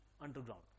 underground